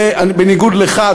ובניגוד לך,